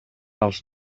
els